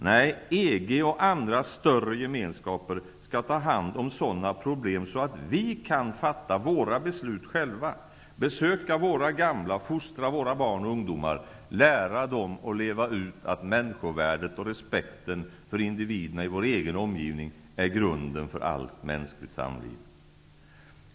Nej, EG och andra större gemenskaper skall ta hand om problem på sådant sätt att vi kan fatta våra beslut själva, besöka våra gamla, fostra våra barn och ungdomar, lära dem och leva ut att människovärdet och respekten för individerna i vår egen omgivning är grunden för allt mänskligt samliv.